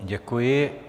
Děkuji.